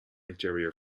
interior